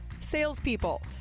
Salespeople